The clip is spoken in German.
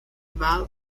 war